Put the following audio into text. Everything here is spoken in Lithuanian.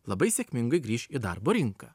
labai sėkmingai grįš į darbo rinką